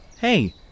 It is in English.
Hey